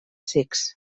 cecs